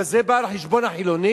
אבל זה בא על חשבון החילונים?